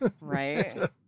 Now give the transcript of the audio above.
right